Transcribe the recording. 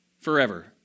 forever